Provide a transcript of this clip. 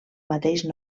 mateix